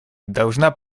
должна